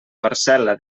parcel·la